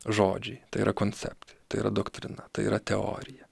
žodžiai tai yra konceptai tai yra doktrina tai yra teorija